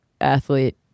athlete